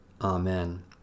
Amen